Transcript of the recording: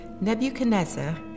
Nebuchadnezzar